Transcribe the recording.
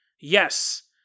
Yes